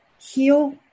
heal